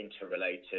interrelated